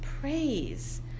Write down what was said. praise